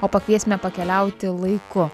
o pakviesime pakeliauti laiku